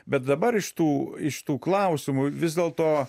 bet dabar iš tų iš tų klausimų vis dėlto